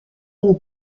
une